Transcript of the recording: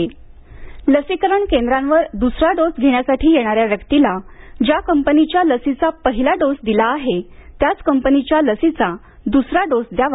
cross vaccination लसीकरण केंद्रावर दुसरा डोस घेण्यासाठी येणाऱ्या व्यक्तीला ज्या कंपनीच्या लसीचा पहिला डोस दिला आहे त्याच कंपनीच्या लसीचा दुसरा डोस द्यावा